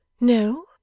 No